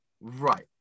right